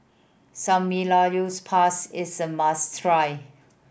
samgeyopsal is a must try